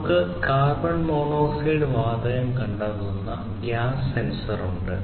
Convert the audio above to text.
നമുക്ക് carbon monoxide വാതകം കണ്ടെത്തുന്ന ഗ്യാസ് സെൻസർ ഉണ്ട്